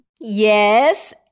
Yes